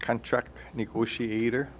contract negotiator